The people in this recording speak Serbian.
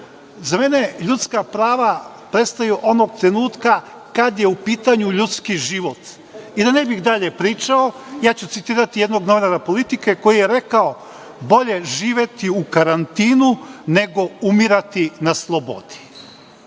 Za mene ljudska prava prestaju onog trenutka kada je u pitanju ljudski život. I da ne bih dalje pričao, ja ću citirati jednog novinara „Politike“, koji je rekao „Bolje živeti u karantinu, nego umirati na slobodi“.Prema